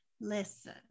listen